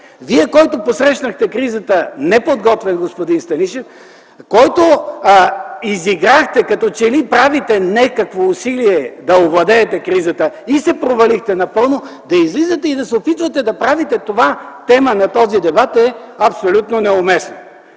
Вие, който посрещнахте кризата неподготвен, господин Станишев, който изиграхте като че ли правите някакво усилие да овладеете кризата, и се провалихте напълно, да излизате и да се опитвате да правите това тема на този дебат, е абсолютно неуместно.